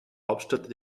hauptstadt